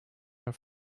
your